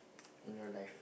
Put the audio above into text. in your life